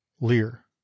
lear